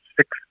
Six